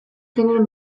genero